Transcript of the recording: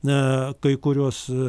na kai kuriuos